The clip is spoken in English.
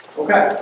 okay